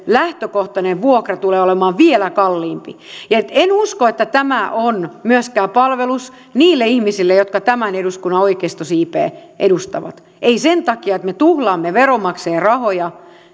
lähtökohtainen vuokra tulee olemaan vielä kalliimpi en usko että tämä on myöskään palvelus niille ihmisille jotka tämän eduskunnan oikeistosiipeä edustavat ei sen takia että me tuhlaamme veronmaksajan rahoja